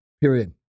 period